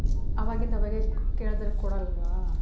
ಆವಾಗಿಂದ ಆವಾಗೇ ಕೇಳಿದ್ರೆ ಕೊಡಲ್ವಾ